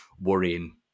worrying